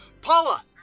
Paula